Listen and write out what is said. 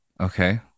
Okay